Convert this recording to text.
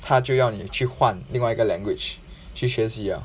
他就要你去换另外一个 language 去学习 liao